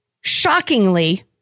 shockingly